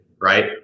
right